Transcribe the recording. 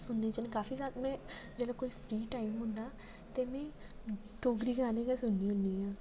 सुनने ते काफी जादा में जोल्लै कोई फ्री टाइम होंदा ते में डोगरी गाने गै सुननी होनी आं